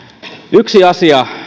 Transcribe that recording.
yksi asia